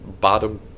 bottom –